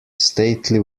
stately